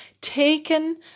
taken